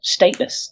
stateless